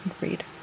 read